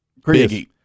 Biggie